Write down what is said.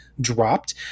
dropped